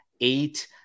eight